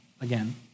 again